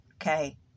okay